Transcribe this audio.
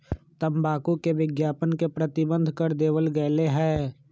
तंबाकू के विज्ञापन के प्रतिबंध कर देवल गयले है